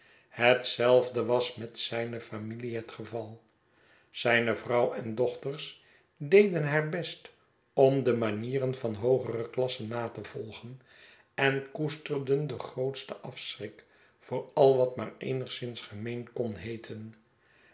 hetzelfde was met zijne familie het geval zijne vrouw en dochters deden haar best om de manieren van hoogere klassen na te volgen en koesterden den grootstenafschrik voor al wat maar eenigszins gemeen kon heeten